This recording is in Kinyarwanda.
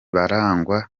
barangwa